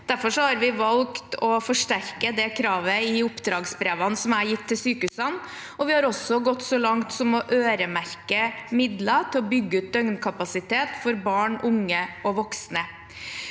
Derfor har vi valgt å forsterke det kravet i oppdragsbrevene jeg har gitt til sykehusene, og vi har også gått så langt som å øremerke midler til å bygge ut døgnkapasitet for barn, unge og voksne.